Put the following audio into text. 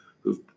who've